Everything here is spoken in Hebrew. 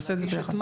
נעשה את זה ביחד.